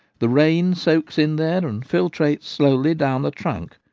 the rain soaks in there, and filtrates slowly down the trunk,